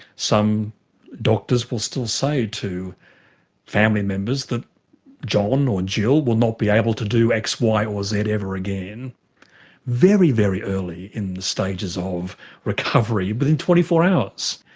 some doctors will still say to family members that john or jill will not be able to do x, y or z ever again very, very early in the stages of recovery, but within twenty four hours.